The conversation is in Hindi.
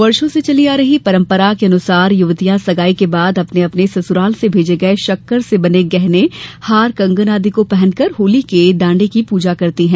वर्षो से चली आ रही परम्परानुसार युवतियां सगाई के बाद अपने अपने ससुराल से भेजे गये शक्कर से बने गहनें हार कंगन आदि को पहनकर होली के ड़ांडे की पूजा करती हैं